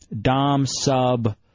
dom-sub